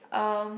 um